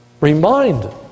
Remind